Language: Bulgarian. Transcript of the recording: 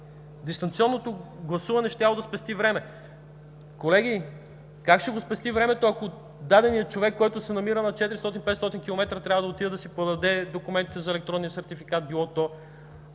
Дистанционното гласуване щяло да спести време. Колеги, как ще спести времето, ако даденият човек, който се намира на 400 – 500 км трябва да отиде да си подаде документите за електронния сертификат – било то